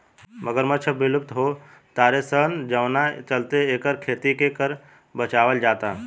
मगरमच्छ अब विलुप्त हो तारे सन जवना चलते एकर खेती के कर बचावल जाता